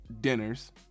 dinners